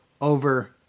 over